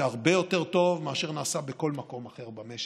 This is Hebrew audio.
זה הרבה יותר טוב מאשר נעשה בכל מקום אחר במשק.